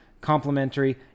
complementary